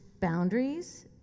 boundaries